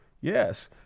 Yes